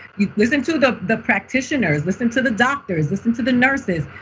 you listen to the the practitioners. listen to the doctors. listen to the nurses.